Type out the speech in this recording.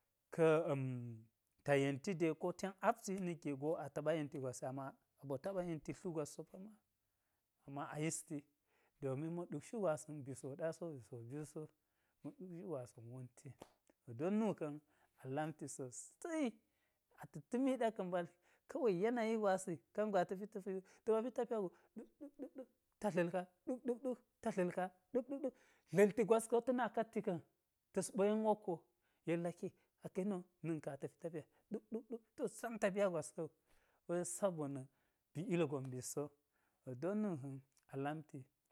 Ka̱ ta yenti dei ko ten apti na̱k ge go a taɓa yenti gwas i, ama ɓo taɓa yenti tlu gwas so pamma. Ama a yisti domin ɗe ma̱ ɗuk shu gwasa̱n bi so ɗaya so, bi so biyu so, ma̱ ɗuk shu gwasa̱n wonti, don nuka̱n a lamti sosai ata̱ ta̱mi ɗa ka̱ mbadl, kawei yanayi gwasi kangwe ata̱ pi tapiya wu, ta̱ɓa pi tapiya go ɗa̱k-ɗa̱k-ɗa̱k ta dla̱l ka, ɗa̱k ɗa̱k ɗa̱k dla̱l gwas ka̱ wo ta̱ na katti ka̱ng, ta̱s ɓo yen wokko yek laki aka̱ yeni wo na̱n ka̱n ata̱ pi tapiya ɗa̱k ɗa̱k ɗa̱k ti wo zam tapiya gwas ka̱wu wei sabona̱ bi ilgon mbit so, to don nuka̱n a lamti